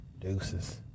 deuces